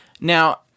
Now